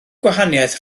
gwahaniaeth